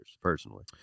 personally